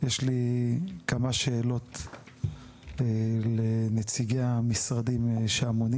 יש לי כמה שאלות לנציגי המשרדים שאמונים